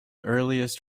earliest